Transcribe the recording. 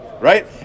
Right